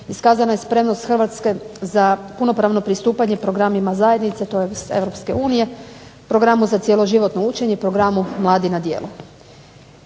iskazana je spremnost Hrvatske za punopravno pristupanje programima zajednice tj. EU, Programu za cjeloživotno učenje i Programu mladi na djelu.